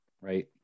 Right